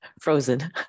frozen